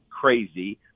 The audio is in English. crazy